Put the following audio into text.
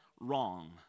wrong